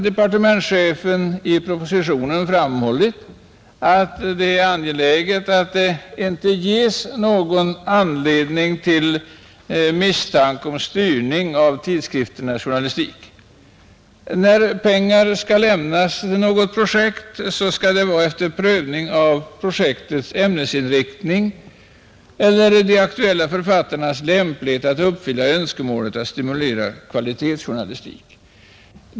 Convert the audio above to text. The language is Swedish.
Departementschefen har framhållit i propositionen att det är angeläget att det inte ges någon anledning till misstanke om styrning av tidskrifternas journalistik. När pengar skall lämnas till något projekt, skall det vara efter prövning av projektets ämnesinriktning eller de aktuella författarnas lämplighet att uppfylla önskemålet att stimulera kvalitetsjournalistik.